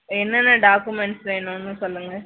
என்னென்ன டாக்குமெண்ட்ஸ் வேணும்ன்னு சொல்லுங்கள்